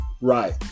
Right